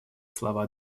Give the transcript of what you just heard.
слова